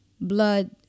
blood